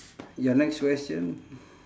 your next question